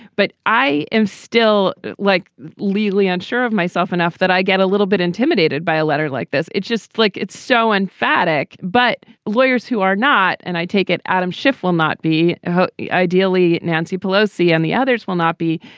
but i still like legally unsure of myself enough that i get a little bit intimidated by a letter like this. it's just like it's so and fabric. but lawyers who are not and i take it. adam schiff will not be ideally nancy pelosi and the others will not be.